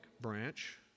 branch